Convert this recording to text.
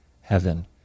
heaven